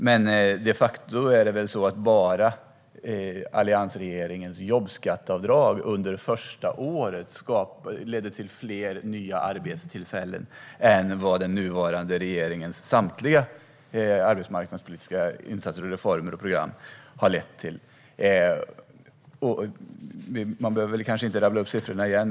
Men det är väl så att bara alliansregeringens jobbskatteavdrag under första året ledde till fler nya arbetstillfällen än vad den nuvarande regeringens samtliga arbetsmarknadspolitiska insatser, reformer och program har lett till. Man behöver kanske inte rabbla upp siffrorna igen.